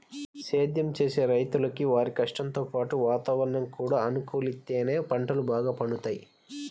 సేద్దెం చేసే రైతులకు వారి కష్టంతో పాటు వాతావరణం కూడా అనుకూలిత్తేనే పంటలు బాగా పండుతయ్